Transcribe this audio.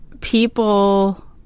people